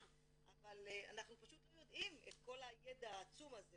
אבל אנחנו פשוט לא יודעים את כל הידע העצום הזה